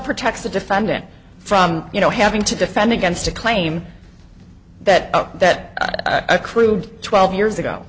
protects the defendant from you know having to defend against a claim that that accrued twelve years ago